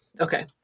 Okay